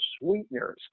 sweeteners